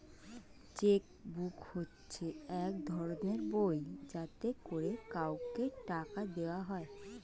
check book হচ্ছে এক ধরনের বই যাতে করে কাউকে টাকা দেওয়া হয়